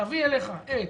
תביא אליך את